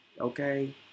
Okay